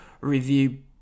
review